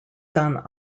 done